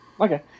okay